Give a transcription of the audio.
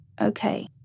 Okay